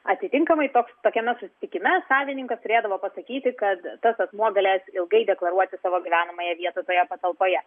atitinkamai toks tokiame susitikime savininkas turėdavo pasakyti kad tas asmuo galės ilgai deklaruoti savo gyvenamąją vietą toje patalpoje